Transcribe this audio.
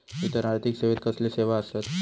इतर आर्थिक सेवेत कसले सेवा आसत?